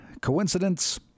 Coincidence